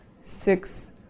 six